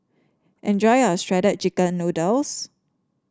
enjoy your Shredded Chicken Noodles